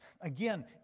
Again